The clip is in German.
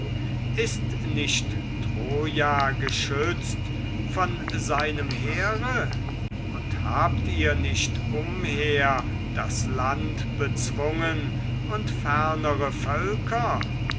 ist nicht troja geschützt von seinem heere und habt ihr nicht umher das land bezwungen und fernere völker